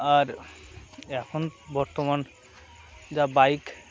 আর এখন বর্তমান যা বাইক